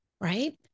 right